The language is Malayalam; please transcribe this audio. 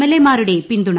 എൽ എമാരുടെ ്പിന്തുണ